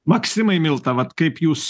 maksimai milta vat kaip jūs